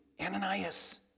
Ananias